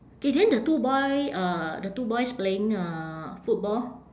K then the two boy uh the two boys playing uh football